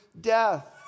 death